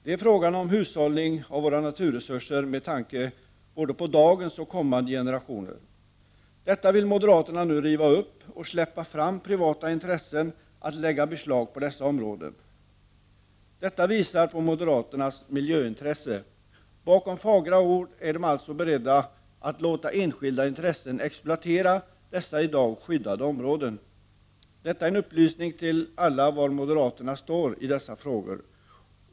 Det är fråga om hushållning av våra naturresurser med tanke på både dagens och kommande generationer. Detta vill moderaterna riva upp och i stället släppa fram privata intressen att lägga beslag på dessa områden. Detta visar moderaternas miljöintresse. Bakom fagra ord är de alltså beredda att låta enskilda intressen exploatera dessa i dag skyddade områden. Detta är en upplysning till alla om var moderaterna står i dessa frågor.